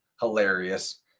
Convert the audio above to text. hilarious